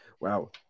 Wow